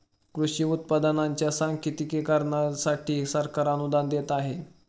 कृषी उत्पादनांच्या सांकेतिकीकरणासाठी सरकार अनुदान देत आहे